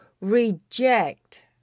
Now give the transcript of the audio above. reject